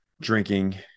drinking